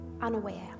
unaware